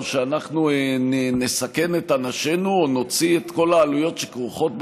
או שאנחנו נסכן את אנשינו או נוציא את כל העלויות שכרוכות במלחמה.